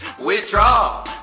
Withdraw